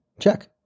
Check